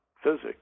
physics